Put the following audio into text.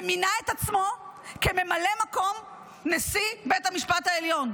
ומינה את עצמו כממלא מקום נשיא בית המשפט העליון.